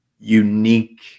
unique